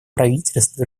правительств